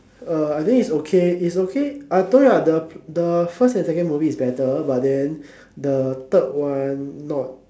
uh I think is okay is okay I told you the the first and second movie is better but then the third one not